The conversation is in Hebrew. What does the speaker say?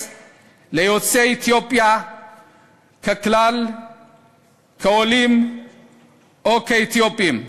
ליוצאי אתיופיה ככלל כעולים או כאתיופים.